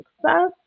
success